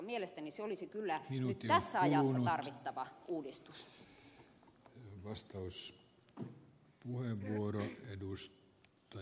mielestäni se olisi kyllä nyt tässä ajassa tarvittava uudistus on vastaus voi uudelleen edus ta